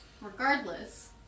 Regardless